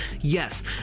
yes